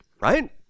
right